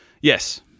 Yes